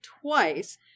twice